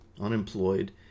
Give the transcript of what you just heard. unemployed